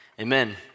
Amen